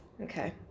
Okay